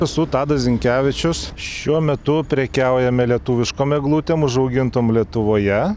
esu tadas zinkevičius šiuo metu prekiaujame lietuviškom eglutėm užaugintom lietuvoje